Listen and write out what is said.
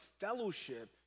fellowship